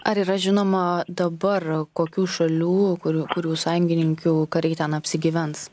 ar yra žinoma dabar kokių šalių kurių kurių sąjungininkių kariai ten apsigyvens